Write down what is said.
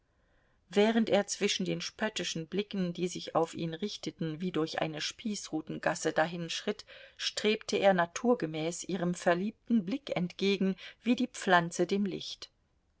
während er zwischen den spöttischen blicken die sich auf ihn richteten wie durch eine spießrutengasse dahinschritt strebte er naturgemäß ihrem verliebten blick entgegen wie die pflanze dem licht